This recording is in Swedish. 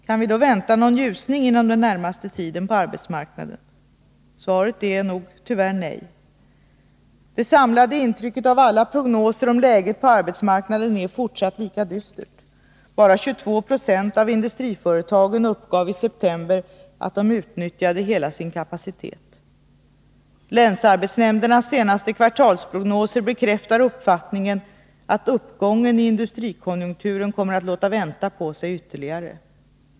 Kan vi då vänta oss någon ljusning på arbetsmarknaden inom den närmaste tiden? Svaret är nog tyvärr nej. Det samlade intrycket av alla prognoser om läget på arbetsmarknaden är fortsatt lika dystert. Bara 22 96 av industriföretagen uppgav i september att de utnyttjade hela sin kapacitet. Länsarbetsnämndernas senaste kvartalsprognoser bekräftar uppfattningen att uppgången i industrikonjunkturen kommer att låta vänta på sig ytterligare.